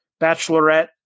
bachelorette